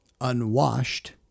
unwashed